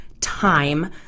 time